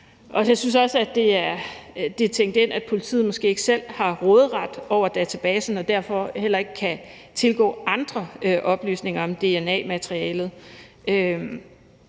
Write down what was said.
jeg synes også, at det er tænkt ind, at politiet måske ikke selv har råderet over databasen og derfor heller ikke kan tilgå andre oplysninger om dna-materialet.